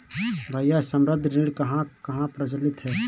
भैया संबंद्ध ऋण कहां कहां प्रचलित है?